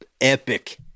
epic